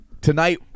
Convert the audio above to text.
Tonight